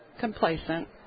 complacent